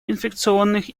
инфекционных